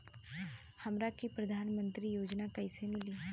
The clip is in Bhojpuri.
हमरा के प्रधानमंत्री योजना कईसे मिली?